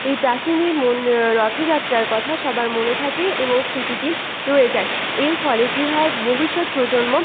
এই প্রাচীন এই মন রথযাত্রার কথা সবার মনে থাকে এবং স্মৃতিতে রয়ে যায় এর ফলে কী হয় ভবিষ্যৎ প্রজন্ম